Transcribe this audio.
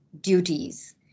duties